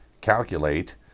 calculate